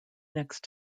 next